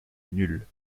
nuls